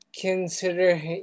consider